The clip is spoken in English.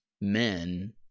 men